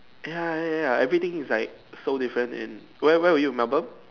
ya ya ya everything is like so different in where where were you Melbourne